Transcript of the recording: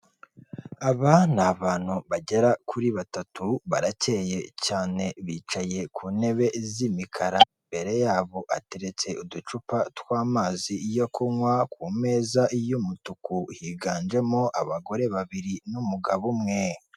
Aba ni abantu bagera kuri batatu barakeye cyane bicaye ku ntebe z'imikara, imbere yabo hateretse uducupa tw'amazi yo kunywa ku meza y'umutuku higanjemo abagore babiri n'umugabo umwe.